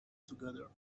together